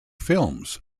films